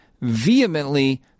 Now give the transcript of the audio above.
vehemently